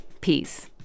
Peace